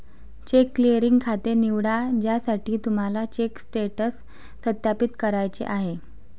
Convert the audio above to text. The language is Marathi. चेक क्लिअरिंग खाते निवडा ज्यासाठी तुम्हाला चेक स्टेटस सत्यापित करायचे आहे